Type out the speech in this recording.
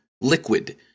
liquid